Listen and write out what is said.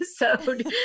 episode